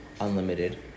unlimited